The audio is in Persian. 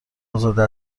ازاده